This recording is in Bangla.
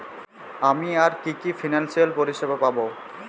আমি আর কি কি ফিনান্সসিয়াল পরিষেবা পাব?